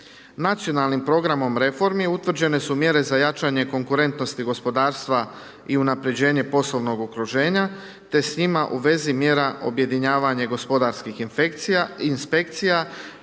Nacionalnim programom reformi utvrđene su mjere za jačanje konkurentnosti gospodarstva i unapređenje poslovnog okruženja te s njima u vezi mjera objedinjavanje gospodarskih inspekcija